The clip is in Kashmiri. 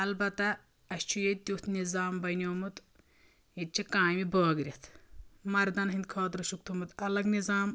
البتہ اسہِ چھُ ییٚتہِ تیُتھ نظام بنیومُت ییٚتہِ چھِ کامہِ بٲگرِتھ مردَن ہٕندۍ خٲطرٕ چھُکھ تھوٚومُت الگ نظام